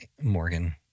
Morgan